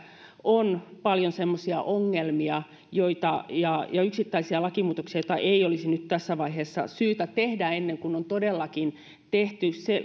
on paljon semmoisia ongelmia ja ja yksittäisiä lakimuutoksia joita ei olisi nyt tässä vaiheessa syytä tehdä ennen kuin on todellakin tehty